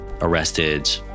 arrested